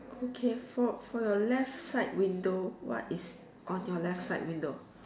okay for for your left side window what is on your left side window